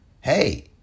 Hey